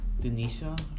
Denisha